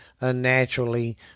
unnaturally